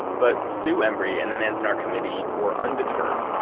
but sue embrey and the manzanar committee were undeterred.